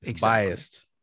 biased